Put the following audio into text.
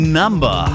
number